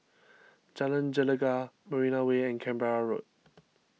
Jalan Gelegar Marina Way and Canberra Road